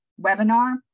webinar